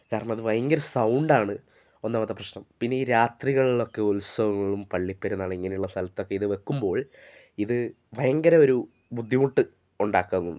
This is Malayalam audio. കാരണം അത് ഭയങ്കര സൗണ്ടാണ് ഒന്നാമത്തേ പ്രശ്നം പിന്നെ ഈ രാത്രികളിൽ ഒക്കെ ഉത്സവങ്ങളും പള്ളിപ്പെരുന്നാള് ഇങ്ങനെ ഉള്ള സ്ഥലത്തൊക്കെ ഇത് വെക്കുമ്പോൾ ഇത് ഭയങ്കര ഒരു ബുദ്ധിമുട്ട് ഉണ്ടാക്കുന്നുണ്ട്